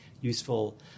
useful